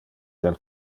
del